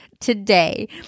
today